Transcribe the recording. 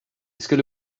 skulle